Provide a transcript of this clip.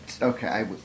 Okay